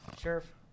Sheriff